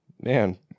man